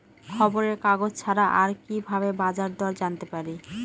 খবরের কাগজ ছাড়া আর কি ভাবে বাজার দর জানতে পারি?